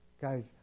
Guys